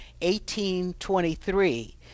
1823